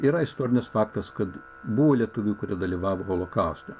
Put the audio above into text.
yra istorinis faktas kad buvo lietuvių kurie dalyvavo holokauste